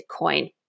Bitcoin